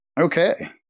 Okay